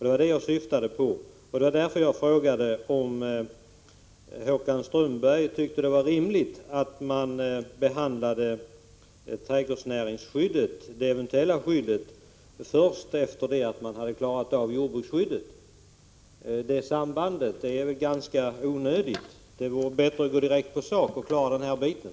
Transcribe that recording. Det var vad jag syftade på, och det var därför som jag frågade om Håkan Strömberg ansåg det vara rimligt att frågan om ett eventuellt trädgårdsnäringsskydd behandlades först sedan man klarat av frågan om jordbruksskyddet. Men att tala om det sambandet är väl ganska onödigt. Det vore väl bättre att gå rakt på sak och klara den här biten.